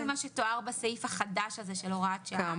כל מה שתואר בסעיף החדש הזה של הוראת שעה